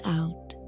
out